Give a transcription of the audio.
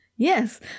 Yes